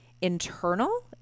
internal